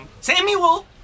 Samuel